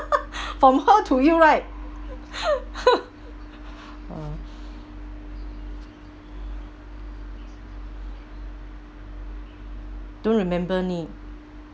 from her to you right ah don't remember me